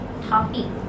topic